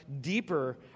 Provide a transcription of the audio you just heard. deeper